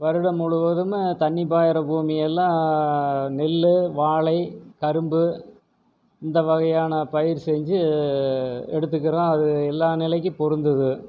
வருடம் முழுவதும் தண்ணி பாய்கிற பூமியெல்லாம் நெல் வாழை கரும்பு இந்த வகையான பயிர் செஞ்சு எடுத்துக்கிறோம் அது எல்லா நிலைக்கு பொருந்துது